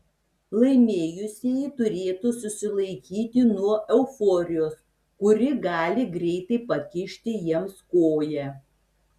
laimėjusieji turėtų susilaikyti nuo euforijos kuri gali greitai pakišti jiems koją